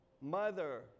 mother